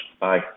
Bye